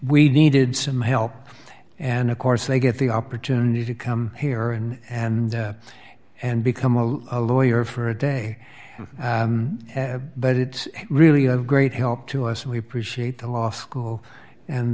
we needed some help and of course they get the opportunity to come here and and and become a lawyer for a day but it really of great help to us and we appreciate the law school and